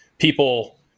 people